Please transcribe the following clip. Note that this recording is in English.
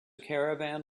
caravan